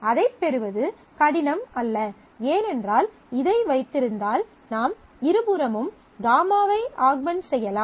அதைப் பெறுவது கடினம் அல்ல ஏனென்றால் இதை வைத்திருந்தால் நாம் இருபுறமும் γ வை ஆக்மென்ட் செய்யலாம்